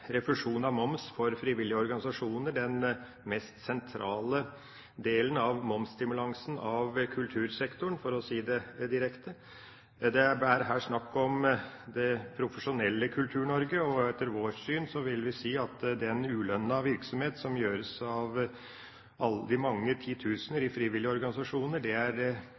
refusjon av moms for frivillige organisasjoner den mest sentrale delen av momsstimulansen på kultursektoren, for å si det direkte. Det er her snakk om det profesjonelle Kultur-Norge. Etter vårt syn er den ulønnede virksomheten, som består av de mange titusener i frivillige organisasjoner, den ypperste formen for profesjonell kulturvirksomhet, i den forstand at det